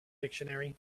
dictionary